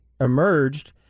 emerged